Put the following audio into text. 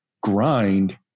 grind